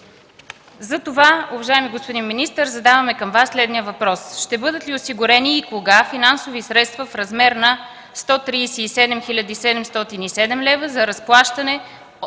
Затова, уважаеми господин министър, задаваме към Вас следния въпрос: ще бъдат ли осигурени и кога финансови средства в размер на 137 хил. 707 лева за разплащане